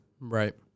right